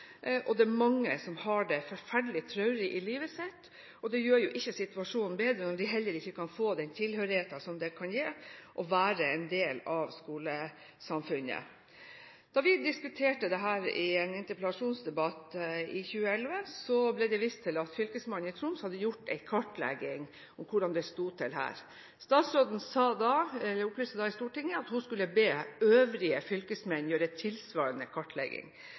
som har det forferdelig traurig i livet sitt. Det gjør jo ikke situasjonen bedre om de heller ikke kan få den tilhørigheten som det kan gi å være en del av skolesamfunnet. Da vi diskuterte dette i en interpellasjonsdebatt i 2011, ble det vist til at fylkesmannen i Troms hadde gjort en kartlegging av hvordan det sto til der. Statsråden opplyste da i Stortinget at hun skulle be øvrige fylkesmenn gjøre en tilsvarende kartlegging.